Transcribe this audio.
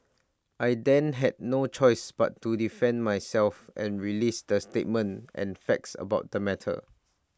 I then had no choice but to defend myself and release the statement and facts about the matter